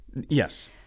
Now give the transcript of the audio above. Yes